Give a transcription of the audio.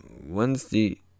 Wednesday